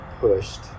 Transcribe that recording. pushed